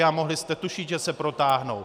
A mohli jste tušit, že se protáhnou.